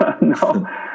No